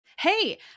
Hey